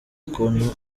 ukuntu